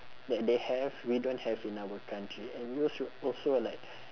that they have we don't have in our country and we als~ should also like